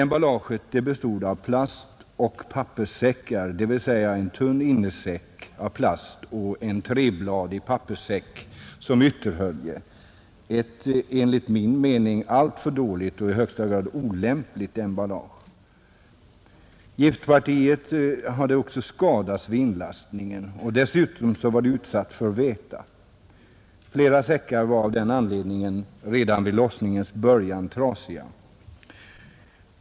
Emballaget bestod av plastoch papperssäckar, dvs. en tunn Itransport av giftiga innersäck av plast och en trebladig papperssäck som ytterhölje, ett enligt ämnen min mening alltför dåligt och i högsta grad olämpligt emballage. Giftpartiet hade skadats vid inlastningen och dessutom utsatts för väta. Flera säckar var av den anledningen redan vid lossningens början trasiga.